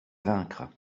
vaincre